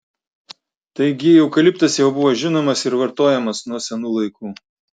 taigi eukaliptas jau buvo žinomas ir vartojamas nuo senų laikų